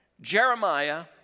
Jeremiah